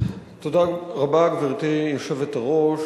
גברתי היושבת-ראש,